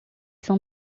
são